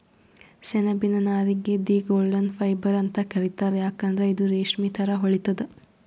ಸೆಣಬಿನ್ ನಾರಿಗ್ the golden fibre ಅಂತ್ ಕರಿತಾರ್ ಯಾಕಂದ್ರ್ ಇದು ರೇಶ್ಮಿ ಥರಾ ಹೊಳಿತದ್